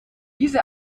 diese